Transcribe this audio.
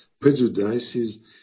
prejudices